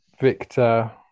victor